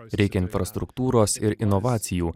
reikia infrastruktūros ir inovacijų